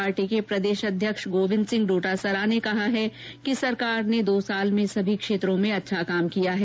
party के प्रदेश अध्यक्ष गोविंद सिंह डोटासरा ने कहा है कि सरकार ने दो साल में सभी क्षेत्रों में अच्छा काम किया है